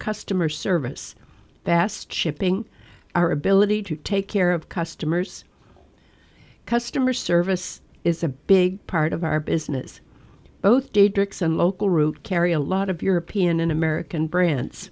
customer service best shipping our ability to take care of customers customer service is a big part of our business both diedrich some local route carry a lot of european and american br